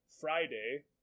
Friday